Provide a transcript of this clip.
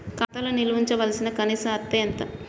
ఖాతా లో నిల్వుంచవలసిన కనీస అత్తే ఎంత?